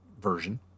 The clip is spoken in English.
version